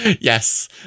Yes